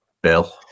Bill